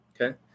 Okay